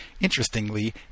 Interestingly